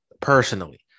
personally